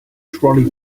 trolley